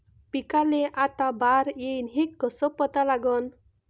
पिकाले आता बार येईन हे कसं पता लागन?